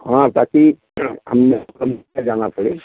हाँ ताकि हम ना जाना पड़े